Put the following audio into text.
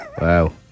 wow